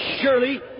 surely